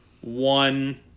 one